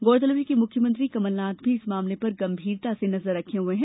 गौरतलब है कि मुख्यमंत्री कमलनाथ भी इस मामले पर गंभीरता से नजर रखे हुए हैं